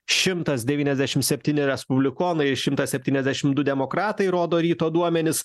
šimtas devyniasdešim septyni respublikonai šimtas septyniasdešim du demokratai rodo ryto duomenys